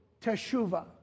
teshuvah